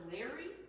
Larry